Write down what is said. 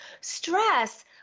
Stress